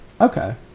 Okay